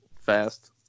fast